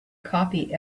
copy